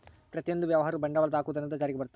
ಪ್ರತಿಯೊಂದು ವ್ಯವಹಾರವು ಬಂಡವಾಳದ ಹಾಕುವುದರಿಂದ ಜಾರಿಗೆ ಬರುತ್ತ